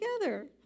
together